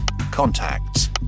contacts